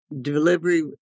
delivery